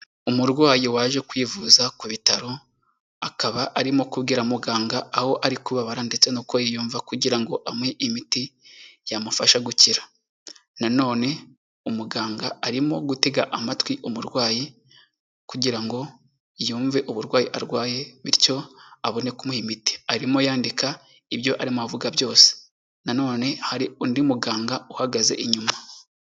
Umurwayi waje kwivuza ku bitaro, akaba arimo kubwira muganga aho ari kubabara ndetse n'uko yiyumva kugira ngo amuhe imiti yamufasha gukira. Nanone umuganga arimo gutega amatwi umurwayi kugira ngo yumve uburwayi arwaye bityo abone kumuha imiti, arimo yandika ibyo arimo avuga byose. Nanone hari undi muganga uhagaze inyuma.